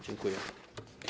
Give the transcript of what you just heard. Dziękuję.